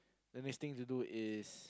the next thing to do is